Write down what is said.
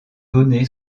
donné